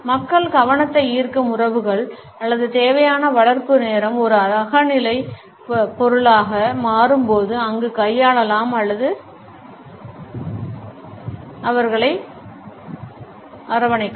மக்கள் கவனத்தை ஈர்க்கும் உறவுகள் அல்லது தேவையான வளர்ப்பு நேரம் ஒரு அகநிலை பொருளாக மாறும் போது அங்கு கையாளலாம் அல்லது நீட்டலாம்